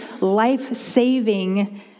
life-saving